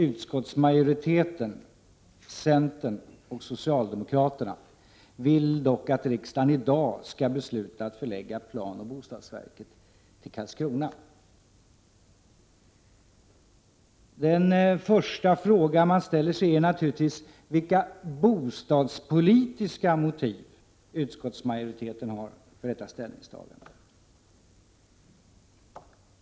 Utskottsmajoriteten, centern och socialdemokraterna, vill dock att riksdagen i dag skall besluta att förlägga planoch bostadsverket till Karlskrona. Den första fråga man ställer sig är naturligtvis vilka bostadspolitiska motiv utskottsmajoriteten har för detta ställningstagande.